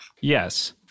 Yes